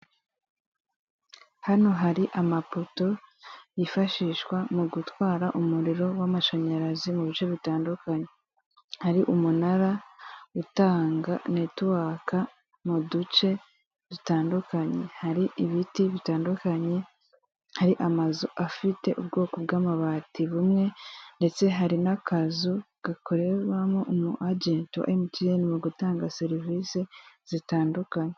Hano hari amapoto yifashishwa mu gutwara umuriro w'amashanyarazi mu bice bitandukanye. Hari umunara utanga netuwaka mu duce dutandukanye, hari ibiti bitandukanye. Hari amazu afite ubwoko bw'amabati bumwe ndetse hari n'akazu gakorerwamo umu ajenti wa emutiyene mu gutanga serivisi zitandukanye.